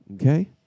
Okay